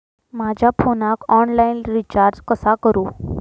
माझ्या फोनाक online recharge कसा करू?